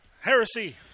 Heresy